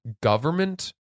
government